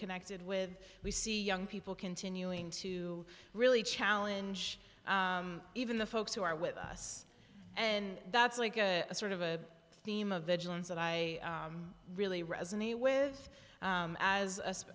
connected with we see young people continuing to really challenge even the folks who are with us and that's like a sort of a theme of vigilance that i really resonate with